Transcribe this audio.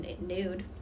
nude